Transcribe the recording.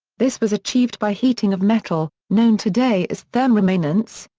this was achieved by heating of metal, known today as thermoremanence,